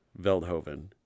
Veldhoven